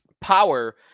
power